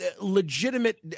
legitimate